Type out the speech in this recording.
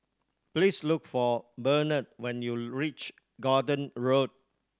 please look for Bernard when you reach Gordon Road